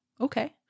okay